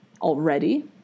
already